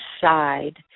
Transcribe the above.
side